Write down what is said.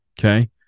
Okay